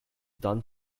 done